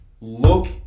Look